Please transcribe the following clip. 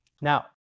Now